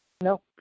No